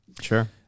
Sure